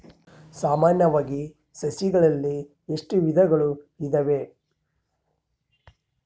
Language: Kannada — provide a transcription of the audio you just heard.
ಸಾಮಾನ್ಯವಾಗಿ ಸಸಿಗಳಲ್ಲಿ ಎಷ್ಟು ವಿಧಗಳು ಇದಾವೆ?